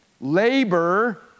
labor